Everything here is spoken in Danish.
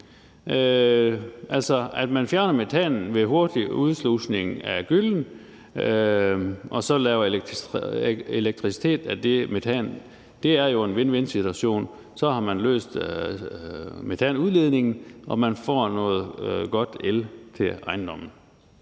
Man fjerner altså metanen ved hurtig udslusning af gyllen og laver så elektricitet af den metan. Det er jo en win-win-situation, og så har man løst det med metanudledningen, og man får noget god el til ejendommen.